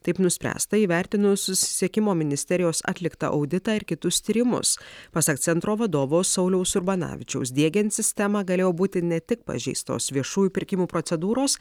taip nuspręsta įvertinus susisiekimo ministerijos atliktą auditą ir kitus tyrimus pasak centro vadovo sauliaus urbanavičiaus diegiant sistemą galėjo būti ne tik pažeistos viešųjų pirkimų procedūros